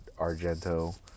Argento